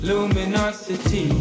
Luminosity